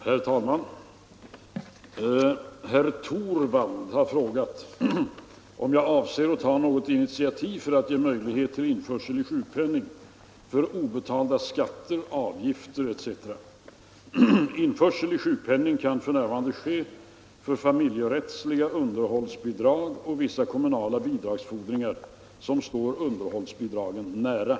Herr talman! Herr Torwald har frågat mig om jag avser att ta något initiativ för att ge möjlighet till införsel i sjukpenning för obetalda skatter, avgifter etc. Införsel i sjukpenning kan f. n. ske för familjerättsliga underhållsbidrag och vissa kommunala bidragsfordringar som står underhållsbidragen nära.